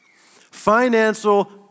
Financial